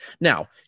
Now